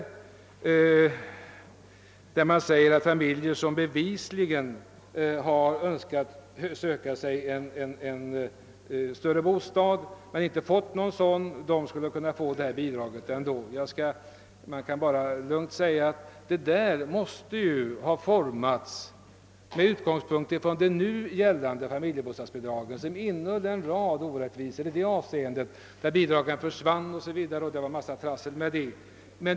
Reservanterna menar att barnfamiljer, som bevisligen försökt skaffa sig en större bostad men inte fått någon sådan, skulle kunna få bidrag ändå. Man kan lugnt konstatera att detta förslag måste ha formats med utgångs punkt i hittills gällande bestämmelser om familjebostadsbidrag, som innehåller en rad orättvisor, t.ex. att bidrag försvinner o.s.v.; det har varit en massa trassel med dem.